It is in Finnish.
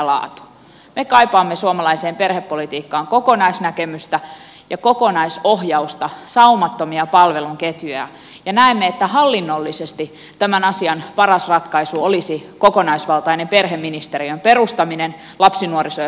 me kaipaamme suomalaiseen perhepolitiikkaan kokonaisnäkemystä ja kokonaisohjausta saumattomia palvelun ketjuja ja näemme että hallinnollisesti tämän asian paras ratkaisu olisi kokonaisvaltainen perheministeriön perustaminen lapsi nuoriso ja perheministeriö